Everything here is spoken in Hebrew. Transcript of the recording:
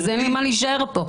אז אין לי מה להישאר פה.